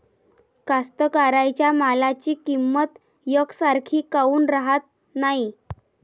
कास्तकाराइच्या मालाची किंमत यकसारखी काऊन राहत नाई?